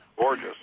Gorgeous